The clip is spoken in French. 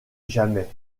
jamais